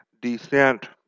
descent